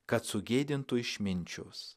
kad sugėdintų išminčius